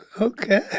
okay